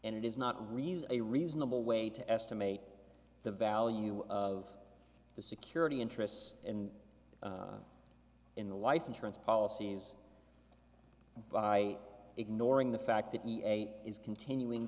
and it is not reason a reasonable way to estimate the value of the security interests and in the life insurance policies by ignoring the fact that e a is continuing